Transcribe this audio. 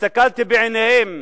הסתכלתי בעיניהם,